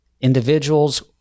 individuals